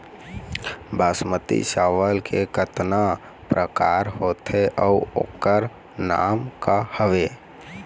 बासमती चावल के कतना प्रकार होथे अउ ओकर नाम क हवे?